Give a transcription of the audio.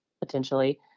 potentially